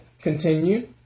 Continue